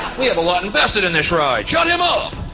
we have a lot invested in this ride, shut him up!